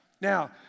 Now